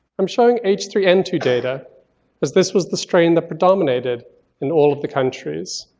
i'm showing h three n two data as this was the strain that predominated in all of the countries.